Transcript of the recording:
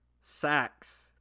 sacks